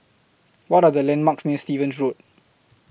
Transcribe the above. What Are The landmarks near Stevens Road